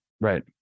Right